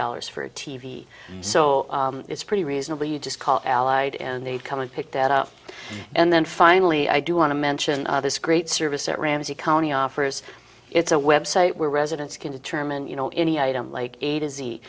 dollars for a t v so it's pretty reasonable you just call allied and they'd come and pick that up and then finally i do want to mention this great service that ramsey county offers it's a website where residents can determine you know any item like a